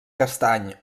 castany